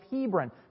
Hebron